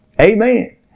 Amen